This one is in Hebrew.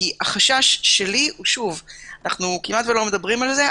כי החשש שלי אנחנו כמעט לא מדברים על זה,